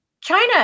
China